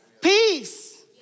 peace